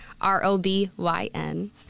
R-O-B-Y-N